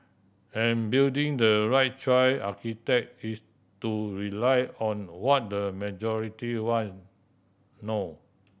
and building the right choice is to rely on what the majority wants no